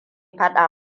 fada